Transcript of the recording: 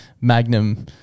Magnum